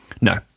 No